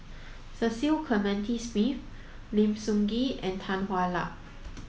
Cecil Clementi Smith Lim Sun Gee and Tan Hwa Luck